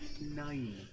Nine